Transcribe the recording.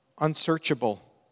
unsearchable